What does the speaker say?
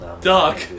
duck